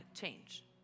change